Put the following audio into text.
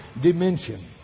dimension